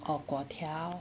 or 粿条